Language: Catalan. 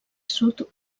sud